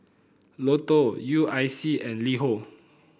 Lotto U I C and LiHo